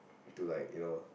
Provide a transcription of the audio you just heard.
to like you know